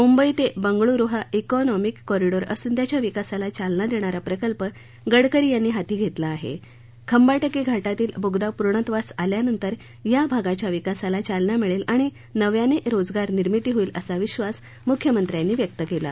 मुंबई ते बंगळ्रु हा economic corridor असून त्याच्या विकासाला चालना देणारा प्रकल्प गडकरी यांनी हाती घेतला आहे खंबाटकी घाटातील बोगदा पुर्णत्वास आल्यानंतर या भागाच्या विकासाला चालना मिळेल आणि नव्याने रोजगार निर्मिती होईल असा विश्वास मुख्यमंत्र्यांनी व्यक्त केला